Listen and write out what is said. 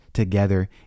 together